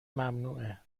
ممنوعه